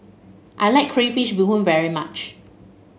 I like Crayfish Beehoon very much